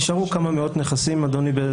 נשארו כמה מאות נכסים, אדוני.